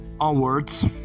onwards